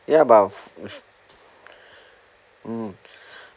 ya but hmm